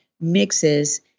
mixes